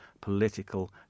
political